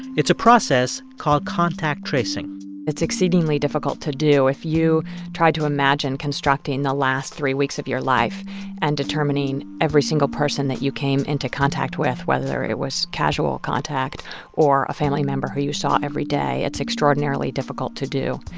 it's a process called contact tracing it's exceedingly difficult to do. if you try to imagine constructing the last three weeks of your life and determining every single person that you came into contact with, whether it was casual contact or a family member who you saw every day, it's extraordinarily difficult to do.